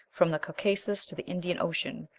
from the caucasus to the indian ocean,